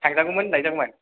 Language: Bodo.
थांजागौमोन लाइजागौमोन